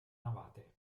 navate